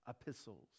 epistles